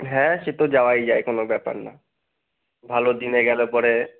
হ্যাঁ সে তো যাওয়াই যায় কোনো ব্যাপার না ভালো দিনে গেলে পড়ে